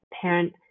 parent